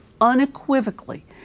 unequivocally